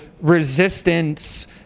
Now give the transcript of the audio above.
resistance